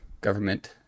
government